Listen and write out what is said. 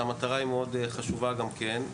והמטרה חשובה מאוד גם כן,